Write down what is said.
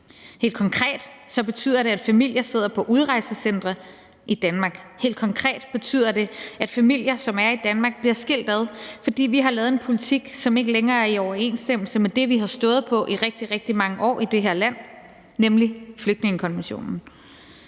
Helt konkret betyder det, at familier sidder på udrejsecentre i Danmark. Helt konkret betyder det, at familier, som er i Danmark, bliver skilt ad, fordi vi har lavet en politik, som ikke længere er i overensstemmelse med det, vi har stået på i rigtig, rigtig mange år i det her land, nemlig flygtningekonventionen.